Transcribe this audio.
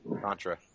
Contra